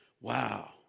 Wow